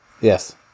Yes